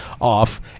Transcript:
off